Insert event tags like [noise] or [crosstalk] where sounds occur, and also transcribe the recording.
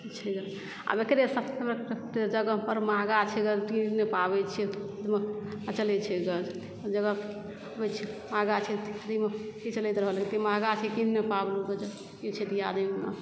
छै गे आब एकरे जगह परमे महगा छै गे कीन नहि पाबय छै अकेले छै गे जगह आगा छै [unintelligible] महगा छै कीन नहि पाबलु गे [unintelligible] की छै दियाद ओइमे